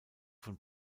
von